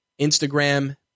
Instagram